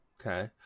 Okay